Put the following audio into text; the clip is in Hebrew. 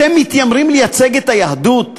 אתם מתיימרים לייצג את היהדות?